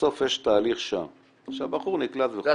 בסוף יש תהליך שם שהבחור נקלט וכו' --- לא,